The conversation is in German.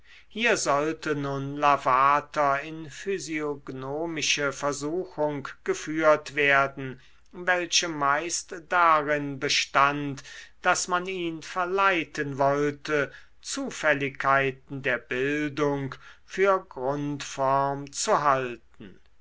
hier sollte nun lavater in physiognomische versuchung geführt werden welche meist darin bestand daß man ihn verleiten wollte zufälligkeiten der bildung für grundform zu halten